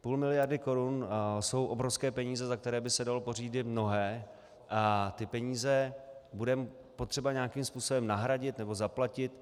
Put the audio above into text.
Půl miliardy korun jsou obrovské peníze, za které by se dalo pořídit mnohé, a ty peníze bude potřeba nějakým způsobem nahradit nebo zaplatit.